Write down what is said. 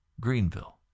Greenville